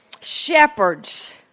Shepherds